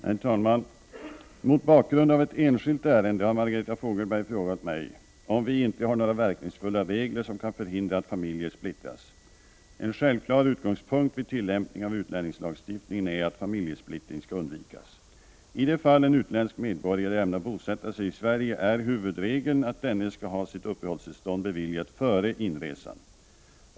Herr talman! Mot bakgrund av ett enskilt ärende har Margareta Fogelberg frågat mig om vi inte har några verkningsfulla regler som kan förhindra att familjer splittras. En självklar utgångspunkt vid tillämpningen av utlänningslagstiftningen är att familjesplittring skall undvikas. I de fall en utländsk medborgare ämnar bosätta sig i Sverige är huvudregeln att denne skall ha sitt uppehållstillstånd beviljat före inresan.